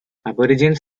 aborigines